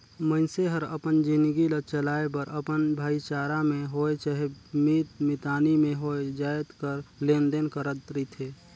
मइनसे हर अपन जिनगी ल चलाए बर अपन भाईचारा में होए चहे मीत मितानी में होए जाएत कर लेन देन करत रिथे